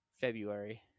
February